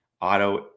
Auto